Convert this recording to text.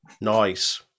Nice